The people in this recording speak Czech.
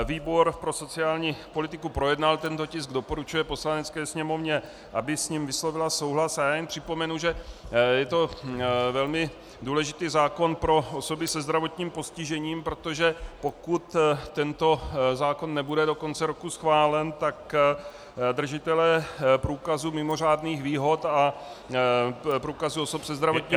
Výbor pro sociální politiku projednal tento tisk, doporučuje Poslanecké sněmovně, aby s ním vyslovila souhlas, a já jen připomenu, že je to velmi důležitý zákon pro osoby se zdravotním postižením, protože pokud tento zákon nebude do konce roku schválen, tak držitelé průkazů mimořádných výhod a průkazů osob se zdravotním postižením